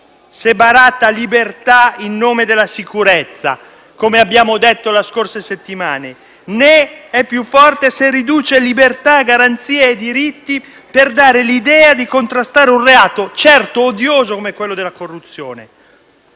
se baratta libertà in nome della sicurezza, come abbiamo detto nelle scorse settimane, né è più forte se riduce libertà, garanzie e diritti per dare l'idea di contrastare un reato, certo odioso, come la corruzione.